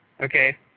Okay